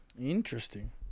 interesting